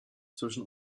zwischen